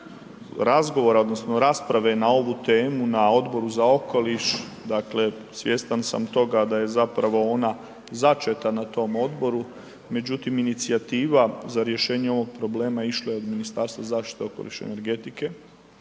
razgovora odnosno rasprave na ovu temu na Odboru za okoliš dakle svjestan sam toga da je zapravo na začeta na tom odboru, međutim inicijativa za rješenje ovog problema išla je od Ministarstva zaštite okoliša i energetike,